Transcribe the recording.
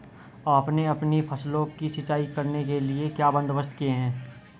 आपने अपनी फसलों की सिंचाई करने के लिए क्या बंदोबस्त किए है